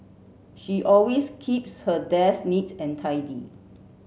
she always keeps her desk neat and tidy